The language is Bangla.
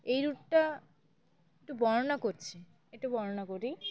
এই রুটটা একটু বর্ণনা করছি একটু বর্ণনা করি